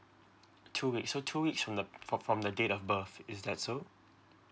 two weeks so two weeks from the for from the date of birth is that so